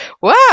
Wow